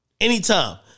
Anytime